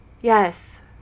yes